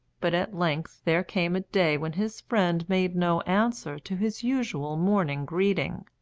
but at length there came a day when his friend made no answer to his usual morning greeting.